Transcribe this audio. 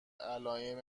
علائم